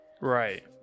right